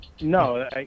No